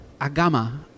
agama